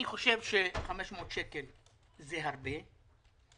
אני חושב ש-500 שקל זה הרבה.